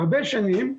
הרבה שנים,